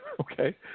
okay